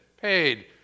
paid